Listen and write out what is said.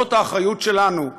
זאת האחריות שלנו,